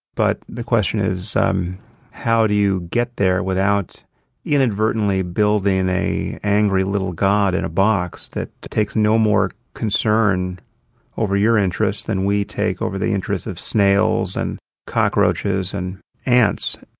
but the question is um how do you get there without inadvertently building an angry little god in a box that takes no more concern over your interests than we take over the interests of snails and cockroaches and ants?